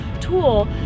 tool